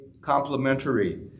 complementary